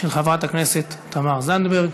של חברת הכנסת תמר זנדברג.